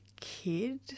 kid